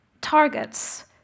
targets